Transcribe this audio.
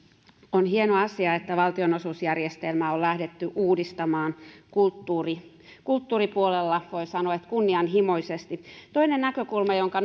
on hieno asia että valtionosuusjärjestelmää on lähdetty uudistamaan kulttuuripuolella voi sanoa että kunnianhimoisesti toinen näkökulma jonka